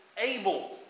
able